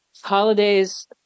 Holidays